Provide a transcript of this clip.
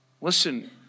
Listen